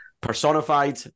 personified